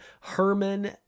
Herman